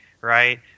right